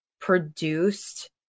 produced